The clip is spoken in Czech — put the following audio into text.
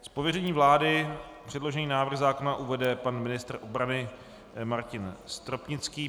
Z pověření vlády předložený návrh vlády uvede pan ministr obrany Martin Stropnický.